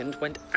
went